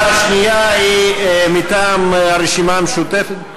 ההצעה השנייה היא מטעם הרשימה המשותפת.